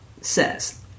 says